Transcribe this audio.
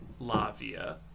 Lavia